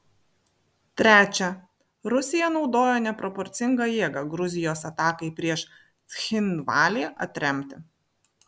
trečia rusija naudojo neproporcingą jėgą gruzijos atakai prieš cchinvalį atremti